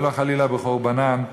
ולא חלילה בחורבנם,